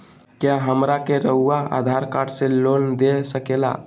क्या हमरा के रहुआ आधार कार्ड से लोन दे सकेला?